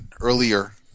earlier